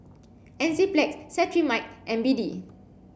Enzyplex Cetrimide and B D